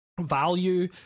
Value